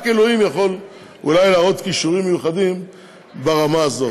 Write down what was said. רק אלוהים יכול אולי להראות כישורים מיוחדים ברמה הזאת.